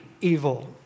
evil